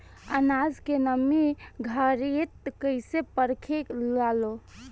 आनाज के नमी घरयीत कैसे परखे लालो?